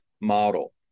model